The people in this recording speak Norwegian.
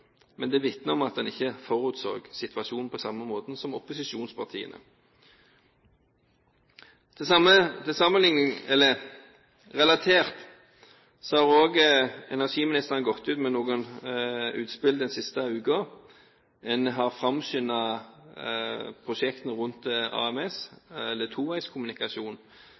men det vitner om at en ikke forutså situasjonen på samme måte som opposisjonspartiene. Relatert til dette har også energiministeren kommet med noen utspill den siste uken. En har framskyndet prosjektene rundt AMS, eller toveiskommunikasjon,